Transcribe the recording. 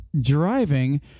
driving